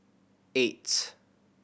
eight